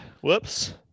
whoops